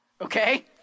Okay